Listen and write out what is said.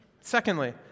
Secondly